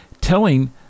telling